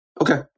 okay